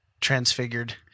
transfigured